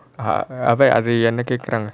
ah அவ அது என்ன கேக்குறாங்க:ava athu enna kekuraanga